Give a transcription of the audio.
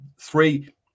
three